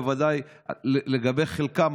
בוודאי לגבי חלקם,